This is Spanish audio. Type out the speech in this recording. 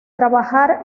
trabajar